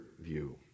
view